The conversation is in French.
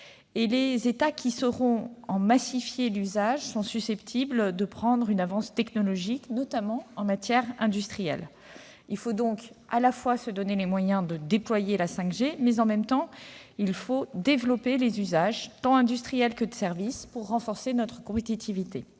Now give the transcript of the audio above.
les États qui sauront en massifier l'usage sont susceptibles de prendre une avance technologique, notamment en matière industrielle. Il faut donc se donner les moyens non seulement de déployer la 5G en France, mais surtout d'en développer les usages, tant industriels que de services, pour renforcer notre compétitivité.